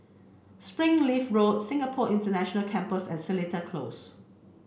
Springleaf Road Singapore International Campus and Seletar Close